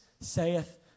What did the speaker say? saith